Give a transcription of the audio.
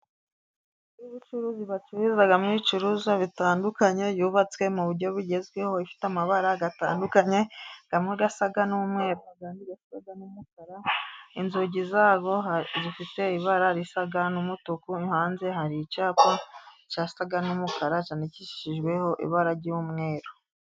Inzu y'ubucuruzi bacururizamo ibicuruzwa bitandukanye, yubatswe mu buryo bugezweho. Ifite amabara atandukanye amwe asa n'umweru, andi asa n'umukara, inzugi zayo zifite ibara risa n'umutuku. Hanze hari icyapa gisa n'umukara, cyandikishijweho ibara ry'umweru.